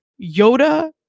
Yoda